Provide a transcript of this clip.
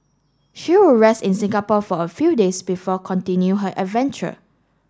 she will rest in Singapore for a few days before continue her adventure